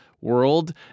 world